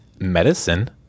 medicine